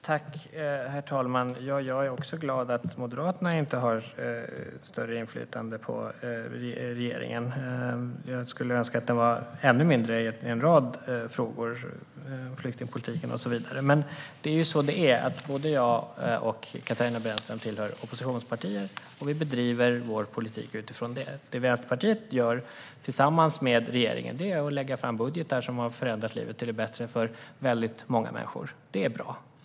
Herr talman! Jag är glad att inte Moderaterna har större inflytande på regeringen och skulle önska att det var ännu mindre i en rad frågor, om flyktingpolitiken och så vidare. Men både jag och Katarina Brännström tillhör oppositionspartier och bedriver vår politik utifrån det. Det Vänsterpartiet gör tillsammans med regeringen är att lägga fram budgetar som förändrar livet till det bättre för många människor. Det är bra.